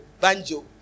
banjo